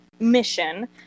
mission